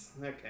okay